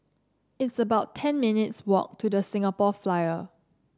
it's about ten minutes' walk to The Singapore Flyer